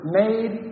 made